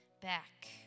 back